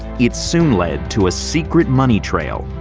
it soon led to a secret money trail.